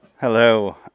Hello